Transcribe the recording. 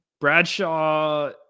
Bradshaw